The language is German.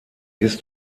ist